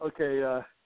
Okay